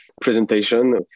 presentation